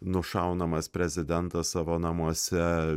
nušaunamas prezidentas savo namuose